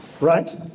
right